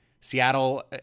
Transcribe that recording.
Seattle